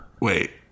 Wait